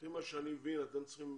לפי מה שאני מבין, אתם צריכים